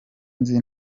nzi